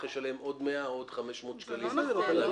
ישלם עוד 100 או עוד 500 שקלים עבור הגבייה.